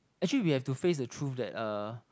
actually we have to face the truth that uh